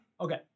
Okay